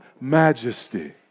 majesty